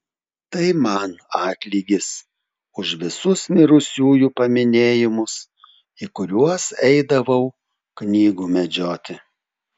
tai man atlygis už visus mirusiųjų paminėjimus į kuriuos eidavau knygų medžioti